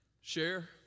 Share